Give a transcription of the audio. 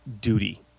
duty